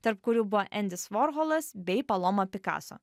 tarp kurių buvo endis vorholas bei paloma pikaso